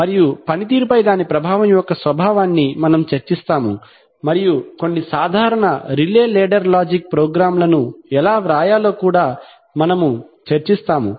మరియు పనితీరుపై దాని ప్రభావం యొక్క స్వభావాన్ని మనము చర్చిస్తాము మరియు కొన్ని సాధారణ రిలే లేడర్ లాజిక్ ప్రోగ్రామ్లను ఎలా వ్రాయాలో కూడా చర్చిస్తాము